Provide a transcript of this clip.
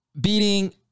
beating